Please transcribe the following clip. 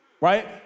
right